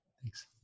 Thanks